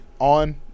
on